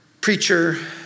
Preacher